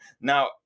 Now